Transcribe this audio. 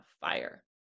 fire